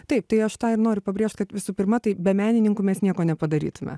taip tai aš tą ir noriu pabrėžt kad visų pirma tai be menininkų mes nieko nepadarytume